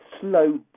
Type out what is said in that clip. slow